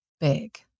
big